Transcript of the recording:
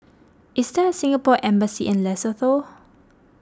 is there a Singapore Embassy in Lesotho